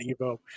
evo